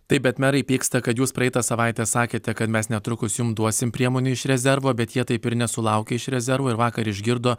taip bet merai pyksta kad jūs praeitą savaitę sakėte kad mes netrukus jum duosim priemonių iš rezervo bet jie taip ir nesulaukė iš rezervo ir vakar išgirdo